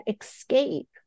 escape